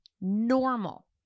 Normal